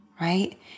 right